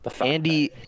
Andy